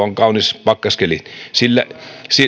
on kaunis pakkaskeli